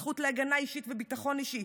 הזכות להגנה אישית וביטחון אישי,